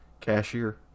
cashier